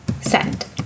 send